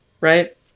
right